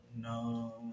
No